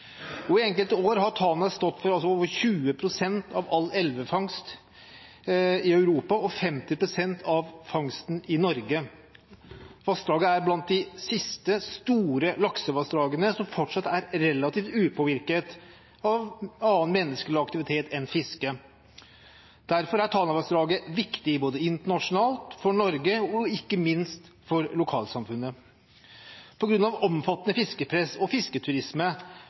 I enkelte år har Tana stått for over 20 pst. av all elvefangst i Europa og 50 pst. av fangsten i Norge. Vassdraget er blant de siste store laksevassdragene som fortsatt er relativt upåvirket av annen menneskelig aktivitet enn fiske. Derfor er Tanavassdraget viktig både internasjonalt, for Norge og ikke minst for lokalsamfunnet. På grunn av omfattende fiskepress og fisketurisme,